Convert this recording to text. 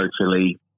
socially